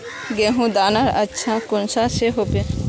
गेहूँर दाना अच्छा कुंसम के उगबे?